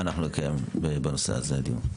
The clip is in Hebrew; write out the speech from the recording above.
אנחנו נקיים דיון בנושא הזה.